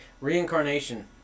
Reincarnation